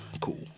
Cool